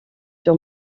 sur